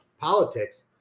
politics